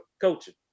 coaching